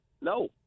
No